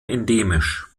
endemisch